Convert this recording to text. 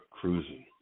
cruising